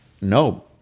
no